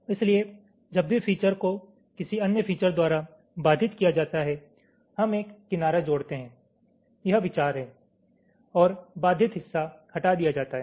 इसलिए जब भी फीचर को किसी अन्य फीचर द्वारा बाधित किया जाता है हम एक किनारा जोड़ते हैं यह विचार है और बाधित हिस्सा हटा दिया जाता है